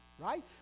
right